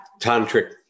tantric